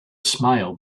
smile